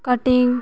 cutting